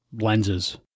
lenses